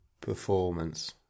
performance